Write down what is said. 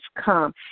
come